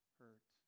hurt